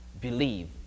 believe